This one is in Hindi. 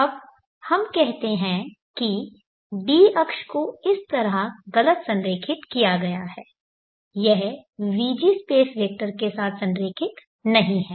अब हम कहते हैं कि d अक्ष को इस तरह गलत संरेखित किया गया है यह vg स्पेस वेक्टर के साथ संरेखित नहीं है